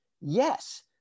Yes